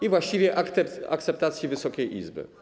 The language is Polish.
i właściwie akceptacji Wysokiej Izby.